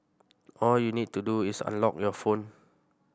all you'll need to do is unlock your phone